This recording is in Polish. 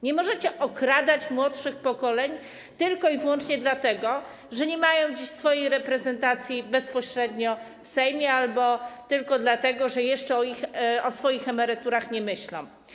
Nie możecie okradać młodszych pokoleń, tylko i wyłącznie dlatego że nie mają dziś swojej reprezentacji bezpośrednio w Sejmie albo tylko dlatego, że jeszcze o swoich emeryturach nie myślą.